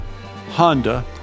Honda